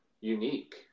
unique